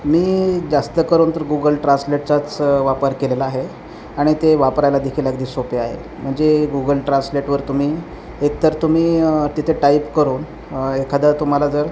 मी जास्त करून तर गुगल ट्रान्सलेटचाच वापर केलेला आहे आणि ते वापरायला देखील अगदी सोपे आहे म्हणजे गुगल ट्रान्सलेटवर तुम्ही एकतर तुम्ही तिथे टाईप करून एखादं तुम्हाला जर